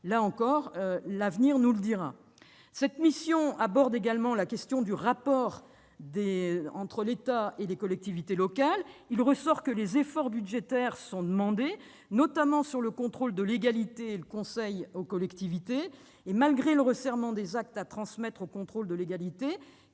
Là encore, l'avenir nous dira ce qu'il en est. La mission aborde également la question du rapport entre l'État et les collectivités locales. Il ressort que des efforts budgétaires sont demandés, notamment sur le contrôle de légalité et le conseil aux collectivités. Malgré le resserrement des actes à transmettre au contrôle de légalité,